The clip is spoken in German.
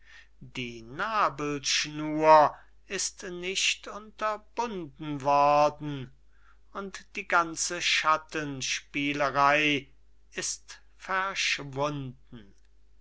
die nabelschnur ist nicht unterbunden worden der vater hat in der hochzeit nacht glatten leib bekommen und die ganze schattenspielerey ist verschwunden